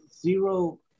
Zero